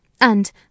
and